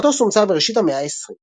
המטוס הומצא בראשית המאה ה-20.